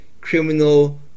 criminal